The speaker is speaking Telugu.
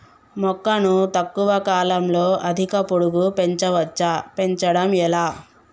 మొక్కను తక్కువ కాలంలో అధిక పొడుగు పెంచవచ్చా పెంచడం ఎలా?